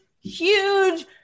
huge